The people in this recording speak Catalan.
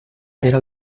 era